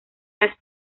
las